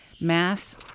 Mass